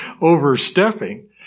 overstepping